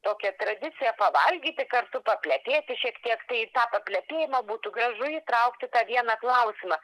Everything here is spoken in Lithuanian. tokią tradiciją pavalgyti kartu paplepėti šiek tiek tai į tą paplepėjimą būtų gražu įtraukti į tą vieną klausimą